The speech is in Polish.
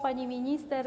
Pani Minister!